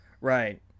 right